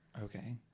Okay